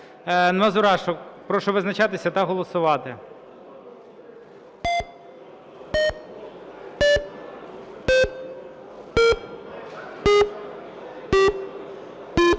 Мазурашу. Прошу визначатися та голосувати.